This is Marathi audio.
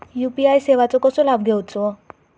यू.पी.आय सेवाचो कसो लाभ घेवचो?